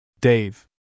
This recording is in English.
Dave